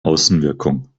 außenwirkung